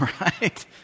Right